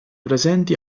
presenti